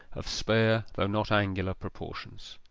of spare though not angular proportions.